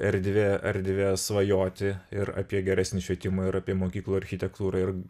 erdvė erdvė svajoti ir apie geresnį švietimą ir apie mokyklų architektūrą ir